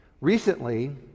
Recently